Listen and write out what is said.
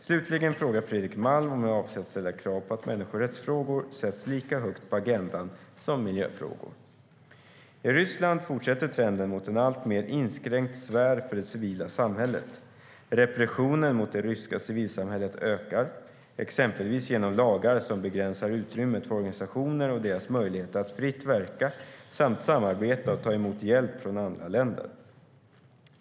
Slutligen frågar Fredrik Malm om jag avser att ställa krav på att människorättsfrågor sätts lika högt på agendan som miljöfrågor. I Ryssland fortsätter trenden mot en alltmer inskränkt sfär för det civila samhället. Repressionen mot det ryska civilsamhället ökar, exempelvis genom lagar som begränsar utrymmet för organisationer och deras möjligheter att fritt verka samt samarbeta och ta emot hjälp från andra länder.